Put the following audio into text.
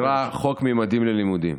שנקרא חוק ממדים ללימודים.